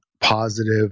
positive